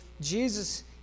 Jesus